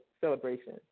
celebration